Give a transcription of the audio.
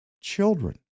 children